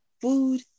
Food